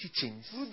teachings